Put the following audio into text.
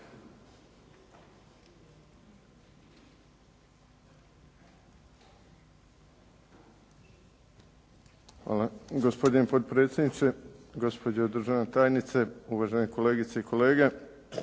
Hvala gospodine potpredsjedniče, gospođo državna tajnice, uvažene kolegice i kolege.